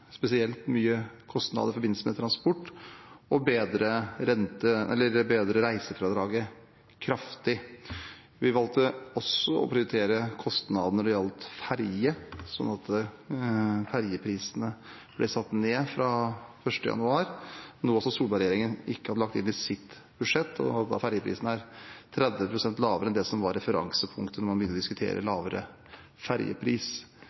spesielt mye kostnader i forbindelse med transport – å bedre reisefradraget kraftig. Vi valgte også å prioriter kostnader når det gjaldt ferje, sånn at ferjeprisene ble satt ned fra 1. januar, noe Solberg-regjeringen ikke hadde lagt inn i sitt budsjett. Ferjeprisene er 30 pst. lavere enn det som var referansepunktet når man